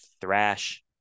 thrash